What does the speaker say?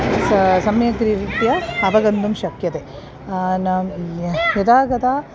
स सम्यग्रीत्या अवगन्तुं शक्यते न यदा कदा